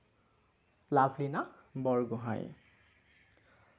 Lovlina Borgohain